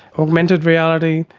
augmented reality,